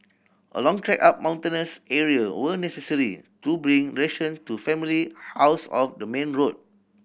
a long trek up mountainous area were necessary to bring ration to family housed off the main road